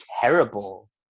terrible